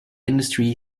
industry